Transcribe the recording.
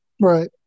Right